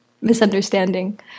misunderstanding